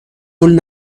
وول